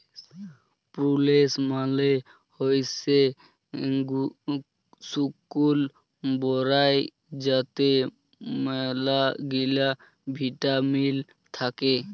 প্রুলেস মালে হইসে শুকল বরাই যাতে ম্যালাগিলা ভিটামিল থাক্যে